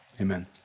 Amen